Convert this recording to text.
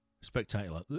Spectacular